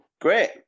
Great